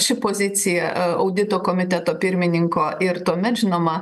ši pozicija audito komiteto pirmininko ir tuomet žinoma